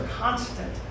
constant